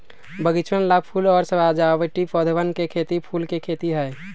बगीचवन ला फूल और सजावटी पौधवन के खेती फूल के खेती है